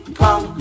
come